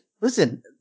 Listen